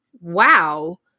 wow